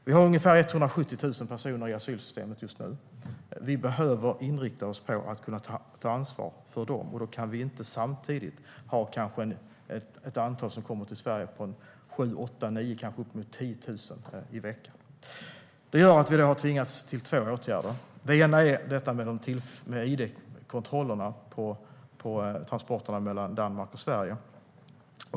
Vi har ungefär 170 000 personer i asylsystemet just nu. Vi behöver inrikta oss på att kunna ta ansvar för dem. Då kan inte antalet människor som kommer till Sverige vara 7 000, 8 000, 9 000 kanske upp mot 10 000 i veckan. Vi har tvingats vidta två åtgärder. Den ena är id-kontrollerna på transporter mellan Danmark och Sverige.